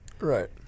Right